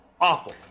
Awful